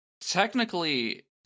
technically